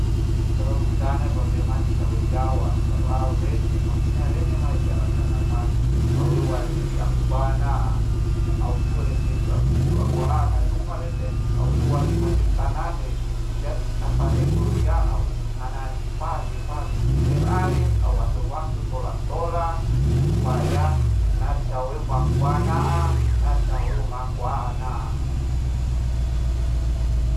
Tahundana papea mati saheu jawa baru au rene maksunya rene mai jalang kanapa au eu ri aku bana, au tue lete du amir du aku aana duma lete au eu ware matir tanane. jadi taparego riya au anari parie patiti terakhir au ator waktu tolan tola supaya nadi sameuna aku bana'a nadi sameu aku ana'a.